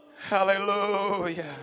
Hallelujah